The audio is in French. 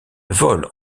vole